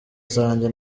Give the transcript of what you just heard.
zanjye